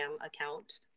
account